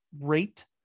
Rate